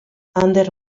ander